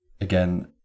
again